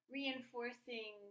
reinforcing